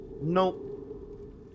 Nope